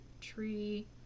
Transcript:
tree